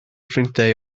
ffrindiau